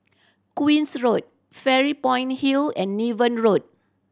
Queen's Road Fairy Point Hill and Niven Road